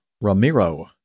Ramiro